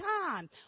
time